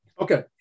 okay